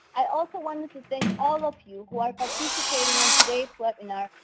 i also wanted to thank all of you who are participating in today's webinar.